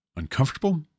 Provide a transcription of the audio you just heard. uncomfortable